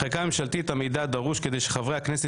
בחקיקה הממשלתית המידע דרוש כדי שחברי הכנסת